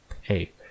hey